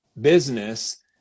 business